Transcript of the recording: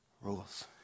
rules